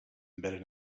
embedded